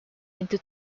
into